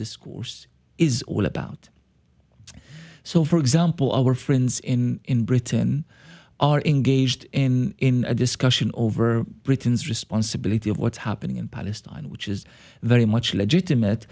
discourse is all about so for example our friends in britain are engaged in a discussion over britain's responsibility of what's happening in palestine which is very much legitimate